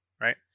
right